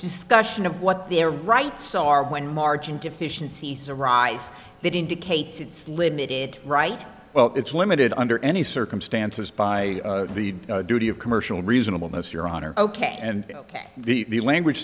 discussion of what their rights are when march and deficiencies arise that indicates it's limited right well it's limited under any circumstances by the duty of commercial reasonable that's your honor ok and ok the language